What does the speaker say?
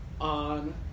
on